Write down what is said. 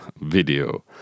video